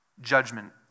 judgment